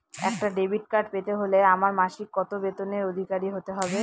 একটা debit card পেতে হলে আমার মাসিক কত বেতনের অধিকারি হতে হবে?